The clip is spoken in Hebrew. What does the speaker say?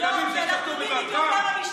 תודה רבה.